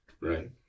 Right